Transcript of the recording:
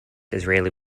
israeli